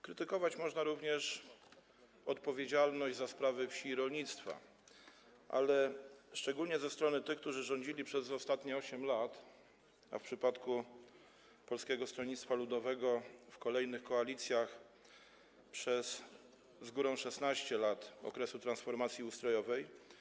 Krytykować można również odpowiedzialność za sprawy wsi i rolnictwa, ale szczególnie ze strony tych, którzy rządzili przez ostatnie 8 lat, a w przypadku Polskiego Stronnictwa Ludowego w kolejnych koalicjach przez z górą 16 lat okresu transformacji ustrojowej.